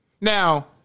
Now